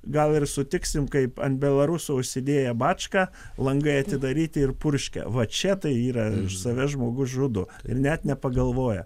gal ir sutiksim kaip ant belaruso užsidėję bačką langai atidaryti ir purškia va čia tai yra save žmogus žudo ir net nepagalvoja